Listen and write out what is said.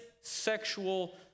sexual